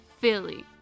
Philly